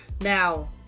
Now